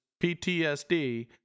PTSD